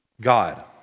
God